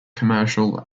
commercial